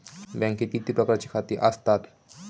बँकेत किती प्रकारची खाती आसतात?